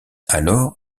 alors